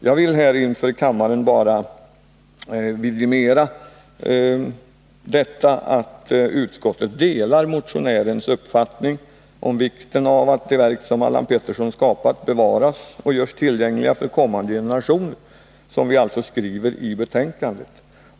Jag vill här inför kammaren bara vidimera att utskottet delar motionärens uppfattning om vikten av att de verk som Allan Pettersson skapat bevaras och görs tillgängliga för kommande generationer, vilket utskottet framhåller i betänkandet.